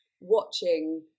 watching